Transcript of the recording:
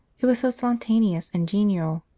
it was so spontaneous and genial.